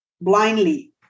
blindly